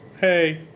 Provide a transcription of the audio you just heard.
hey